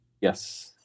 Yes